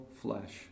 flesh